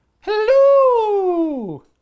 Hello